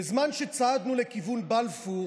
בזמן שצעדנו לכיוון בלפור